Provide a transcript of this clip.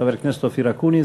חבר הכנסת אופיר אקוניס,